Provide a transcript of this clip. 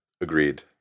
Agreed